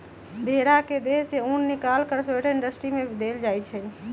भेड़ा के देह से उन् निकाल कऽ स्वेटर इंडस्ट्री में देल जाइ छइ